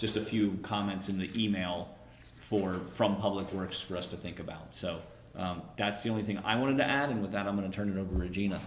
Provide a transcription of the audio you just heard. just a few comments in the email form from public works for us to think about so that's the only thing i want to add in with that i'm going to turn it over regina